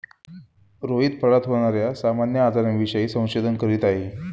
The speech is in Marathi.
रोहित फळात होणार्या सामान्य आजारांविषयी संशोधन करीत आहे